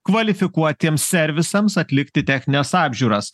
kvalifikuotiems servisams atlikti technines apžiūras